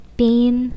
pain